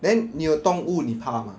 then 你有动物你怕 mah